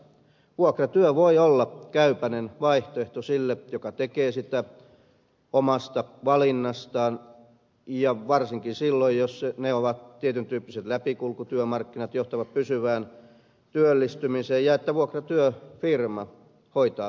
vuokratyö voi olla käypänen vaihtoehto sille joka tekee sitä omasta valinnastaan ja varsinkin silloin jos ne ovat tietyn tyyppiset läpikulkutyömarkkinat jotka johtavat pysyvään työllistymiseen ja jos vuokratyöfirma hoitaa velvoitteensa